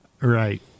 right